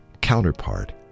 counterpart